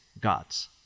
gods